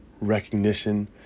recognition